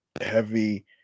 heavy